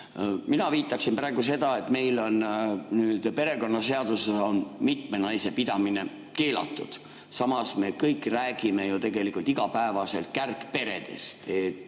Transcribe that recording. Mina viitan praegu sellele, et meil on perekonnaseaduses mitmenaisepidamine keelatud. Samas me kõik räägime ju tegelikult igapäevaselt kärgperedest.